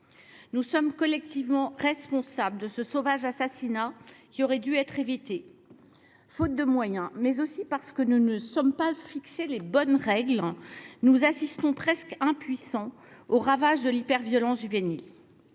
Nous sommes collectivement responsables de ce sauvage assassinat, qui aurait dû être évité. Faute de moyens, mais aussi parce que nous n’avons pas fixé les bonnes règles, nous assistons, impuissants ou presque, aux ravages de l’hyperviolence juvénile.